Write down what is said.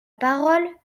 parole